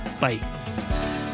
Bye